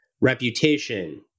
reputation